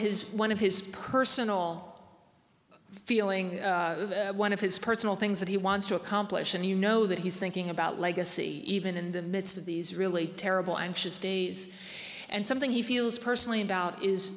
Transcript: his one of his personal feeling one of his personal things that he wants to accomplish and you know that he's thinking about legacy even in the midst of these really terrible anxious days and something he feels personally about is